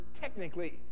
technically